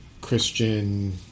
Christian